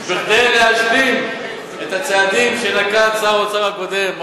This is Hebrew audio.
כדי להשלים את הצעדים שנקט שר האוצר הקודם,